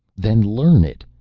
then learn it.